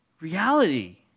reality